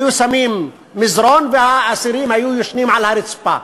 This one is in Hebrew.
היו שמים מזרן והאסירים היו ישנים על הרצפה,